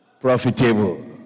Profitable